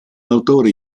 autore